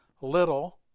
little